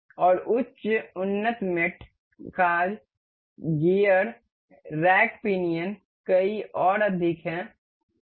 और उच्च उन्नत साथी काज गियर रैक पिनियन कई और अधिक हैं